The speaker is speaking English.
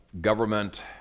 government